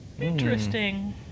Interesting